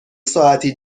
ساعتی